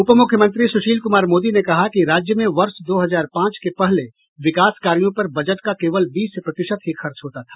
उप मुख्यमंत्री सुशील कुमार मोदी ने कहा कि राज्य में वर्ष दो हजार पांच के पहले विकास कार्यों पर बजट का केवल बीस प्रतिशत ही खर्च होता था